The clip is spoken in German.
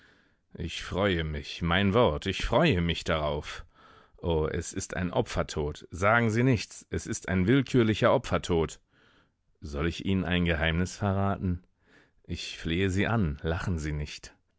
ich freue mich mein wort ich freue mich darauf o es ist ein opfertod sagen sie nichts es ist ein willkürlicher opfertod soll ich ihnen ein geheimnis verraten ich flehe sie an lachen sie nicht